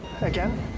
Again